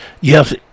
Yes